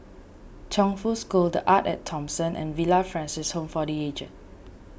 Chongfu School the Arte at Thomson and Villa Francis Home for the Aged